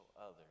others